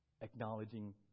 Acknowledging